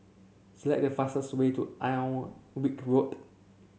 select the fastest way to Alnwick Road